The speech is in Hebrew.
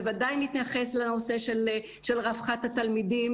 בוודאי נתייחס לנושא של רווחת התלמידים,